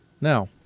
Now